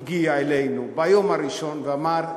הגיע אלינו ביום הראשון ואמר: